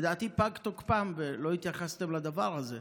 לדעתי פג תוקפם, ולא התייחסתם לדבר הזה.